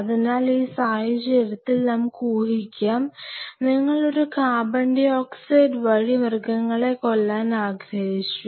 അതിനാൽ ഈ സാഹചര്യത്തിൽ നമുക്ക് ഊഹിക്കാം നിങ്ങൾ ഒരു CO2 വഴി മൃഗങ്ങളെ കൊല്ലാൻ ആഗ്രഹിച്ചു